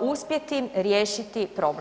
uspjeti riješiti problem?